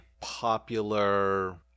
popular